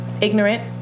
ignorant